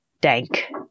Dank